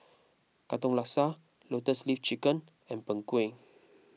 Katong Laksa Lotus Leaf Chicken and Png Kueh